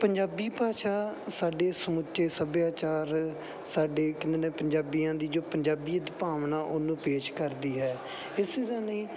ਪੰਜਾਬੀ ਭਾਸ਼ਾ ਸਾਡੇ ਸਮੁੱਚੇ ਸੱਭਿਆਚਾਰ ਸਾਡੇ ਕਹਿੰਦੇ ਨੇ ਪੰਜਾਬੀਆਂ ਦੀ ਜੋ ਪੰਜਾਬੀਅਤ ਭਾਵਨਾ ਉਹਨੂੰ ਪੇਸ਼ ਕਰਦੀ ਹੈ ਇਸੇ ਨਹੀਂ